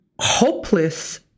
hopeless